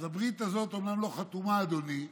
אז הברית הזאת אומנם לא חתומה, אדוני,